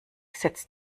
setzt